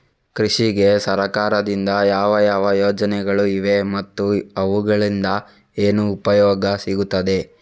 ಕೃಷಿಗೆ ಸರಕಾರದಿಂದ ಯಾವ ಯಾವ ಯೋಜನೆಗಳು ಇವೆ ಮತ್ತು ಅವುಗಳಿಂದ ಏನು ಉಪಯೋಗ ಸಿಗುತ್ತದೆ?